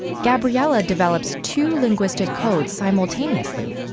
gabriella develops two linguistic codes simultaneously,